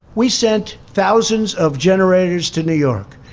we sent thousands of generators to new york.